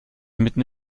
mitten